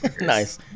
Nice